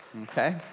Okay